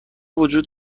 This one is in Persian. وجود